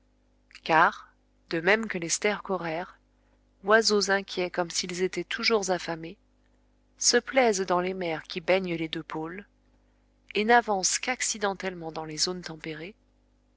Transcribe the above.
car de même que les stercoraires oiseaux inquiets comme s'ils étaient toujours affamés se plaisent dans les mers qui baignent les deux pôles et n'avancent qu'accidentellement dans les zones tempérées